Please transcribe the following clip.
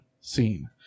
scene